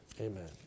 amen